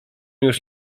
już